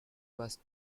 was